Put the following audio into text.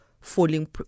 falling